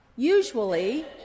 usually